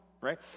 right